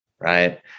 Right